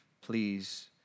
please